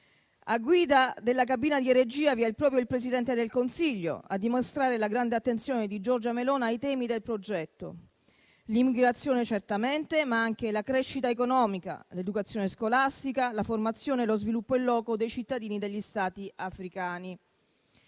guida della cabina di regia vi è il Presidente del Consiglio, a dimostrare la grande attenzione di Giorgia Meloni ai temi del progetto, che concerne certamente l'immigrazione, ma anche la crescita economica, l'educazione scolastica, la formazione e lo sviluppo *in loco* dei cittadini degli Stati africani.